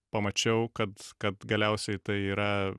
pamačiau kad kad galiausiai tai yra